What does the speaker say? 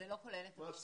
זה לא כולל את המשטרה.